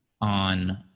on